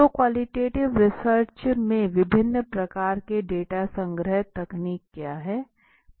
तो qualitative research में विभिन्न प्रकार के डेटा संग्रह तकनीक क्या है